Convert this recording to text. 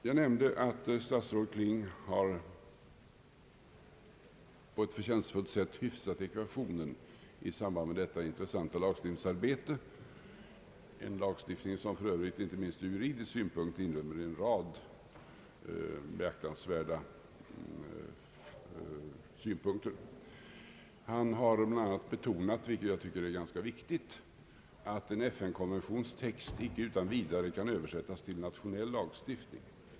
Jag nämnde att statsrådet Kling på ett förtjänstfullt sätt har hyfsat ekvationen i samband med detta intressanta lagstiftningsarbete, en lagstiftning som för övrigt inte minst från juridisk synpunkt inrymmer en rad beaktansvärda frågor. Han har bl.a. betonat, vilket jag tycker är ganska viktigt, att texten i en FN-konvention icke utan vidare kan översättas till nationell lagstiftning.